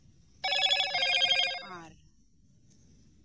ᱟᱨ